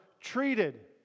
treated